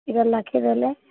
ଇଟା ଲକ୍ଷେ ଦେଲେ